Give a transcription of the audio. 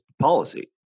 policy